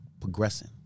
progressing